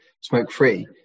smoke-free